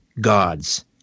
Gods